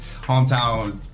hometown